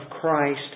Christ